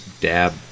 dab